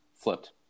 flipped